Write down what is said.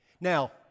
Now